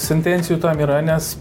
sentencijų tam yra nes